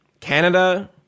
Canada